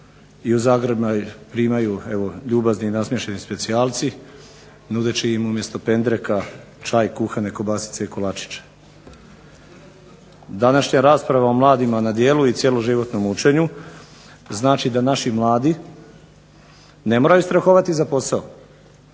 i u zagrljaj primaju evo ljubazni i nasmiješeni specijalci, nudeći im umjesto pendreka čaj, kuhane kobasice i kolačiće. Današnja rasprava o mladima na djelu i cjeloživotnom učenju znači da naši mladi ne moraju strahovati za posao,